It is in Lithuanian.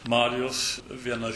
marius vienas